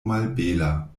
malbela